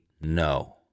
no